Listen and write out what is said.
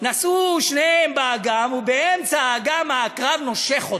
נסעו שניהם באגם ובאמצע האגם העקרב נושך אותו,